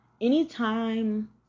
anytime